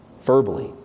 verbally